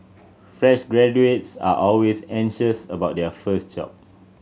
fresh graduates are always anxious about their first job